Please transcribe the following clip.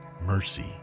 mercy